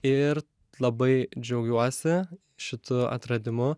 ir labai džiaugiuosi šitu atradimu